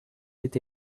été